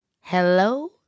Hello